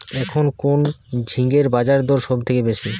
এখন কোন ঝিঙ্গের বাজারদর সবথেকে বেশি?